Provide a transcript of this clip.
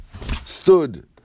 stood